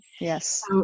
Yes